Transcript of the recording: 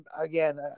again